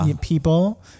people